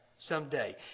Someday